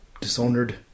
Dishonored